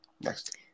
Next